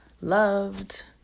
loved